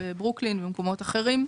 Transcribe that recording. ברוקלין ומקומות אחרים.